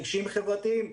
רגשיים-חברתיים.